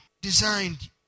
designed